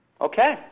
Okay